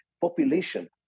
population